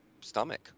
stomach